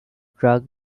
drug